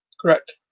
Correct